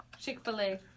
chick-fil-a